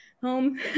home